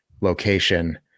location